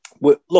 look